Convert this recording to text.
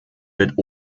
wird